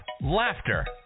Laughter